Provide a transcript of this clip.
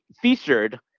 featured